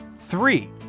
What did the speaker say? Three